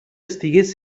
estigués